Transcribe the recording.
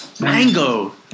Mango